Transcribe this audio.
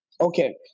Okay